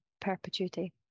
perpetuity